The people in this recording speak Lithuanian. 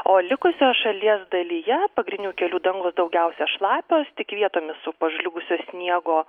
o likusioje šalies dalyje pagrindinių kelių dangos daugiausia šlapios tik vietomis su pažliugusio sniego